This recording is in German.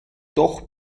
doch